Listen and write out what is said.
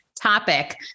Topic